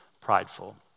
prideful